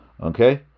Okay